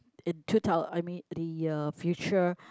in two thousand I mean the uh future